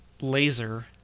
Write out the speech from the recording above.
laser